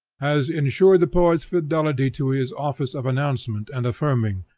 has ensured the poet's fidelity to his office of announcement and affirming,